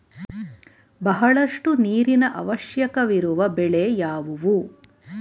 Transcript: ಬಹಳಷ್ಟು ನೀರಿನ ಅವಶ್ಯಕವಿರುವ ಬೆಳೆ ಯಾವುವು?